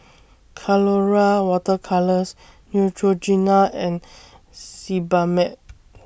Colora Water Colours Neutrogena and Sebamed